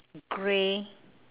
grey